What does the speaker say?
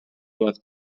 left